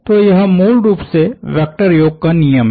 तो यह मूल रूप से वेक्टर योग का नियम है